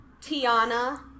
Tiana